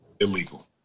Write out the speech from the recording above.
illegal